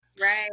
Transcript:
Right